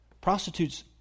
prostitutes